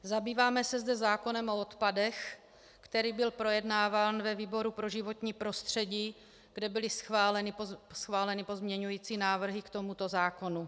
Zabýváme se zde zákonem o odpadech, který byl projednáván ve výboru pro životní prostředí, kde byly schváleny pozměňující návrhy k tomuto zákonu.